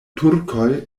turkoj